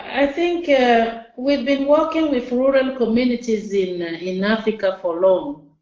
i think we've been working with rural communities in ah in africa for long.